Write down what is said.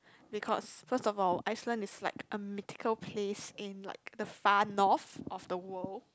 because first of all Iceland is like a mythical place in like the far north of the world